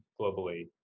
globally